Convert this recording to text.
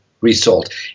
result